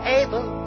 able